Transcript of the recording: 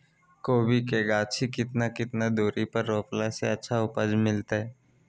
कोबी के गाछी के कितना कितना दूरी पर रोपला से अच्छा उपज मिलतैय?